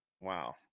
Wow